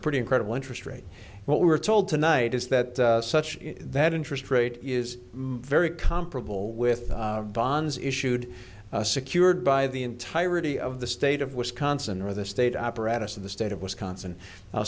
pretty incredible interest rate what we're told tonight is that such that interest rate is very comparable with bonds issued secured by the entirety of the state of wisconsin or the state apparatus of the state of wisconsin